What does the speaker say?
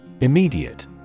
Immediate